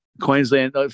Queensland